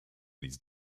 these